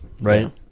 right